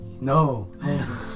No